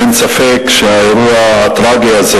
אין ספק שהאירוע הטרגי הזה,